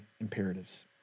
imperatives